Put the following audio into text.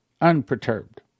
unperturbed